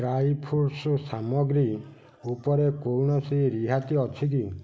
dry fruits ସାମଗ୍ରୀ ଉପରେ କୌଣସି ରିହାତି ଅଛି କି